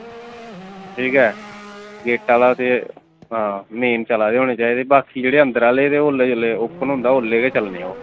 ठीक ऐ गेटै आह्ला ते हां मेन चला दे होने चाहिदे बाकी जेह्ड़े अंदरा आह्ले ते औल्लै जेल्लै ओपन होंदा ओल्लै गै चलने ओह्